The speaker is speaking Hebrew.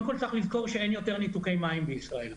צריך לזכור שאין יותר ניתוקי מים בישראל,